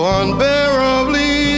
unbearably